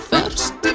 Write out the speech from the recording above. First